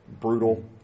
brutal